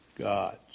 gods